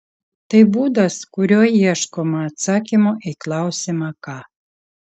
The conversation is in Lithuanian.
tai būdas kuriuo ieškoma atsakymo į klausimą ką